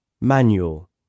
Manual